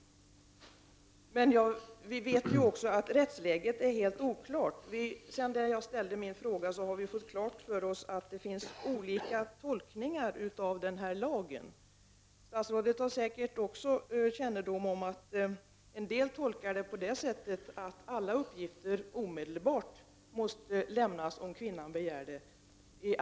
Men vi vet också att rättsläget är helt oklart. Sedan jag ställde min fråga har vi fått klart för oss att det finns olika tolkningar av sekretesslagen. Också statsrådet har säkerligen kännedom om att en del tolkar den på det sättet att alla uppgifter måste lämnas omedelbart, om kvinnan begär det.